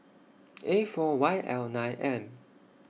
A four Y L nine M